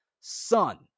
son